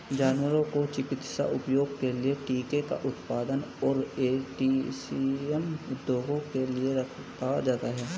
जानवरों को चिकित्सा उपयोग के लिए टीके का उत्पादन और एंटीसीरम उद्देश्यों के लिए रखा जाता है